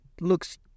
looks